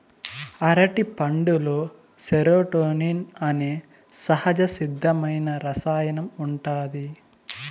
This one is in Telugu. అరటిపండులో సెరోటోనిన్ అనే సహజసిద్ధమైన రసాయనం ఉంటాది